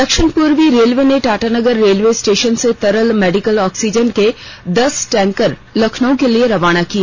दक्षिण पूर्वी रेलवे ने टाटानगर रेलवे स्टेषन से तरल मेडिकल ऑक्सीजन के दस टैंकर लखनउ के लिए रवाना किए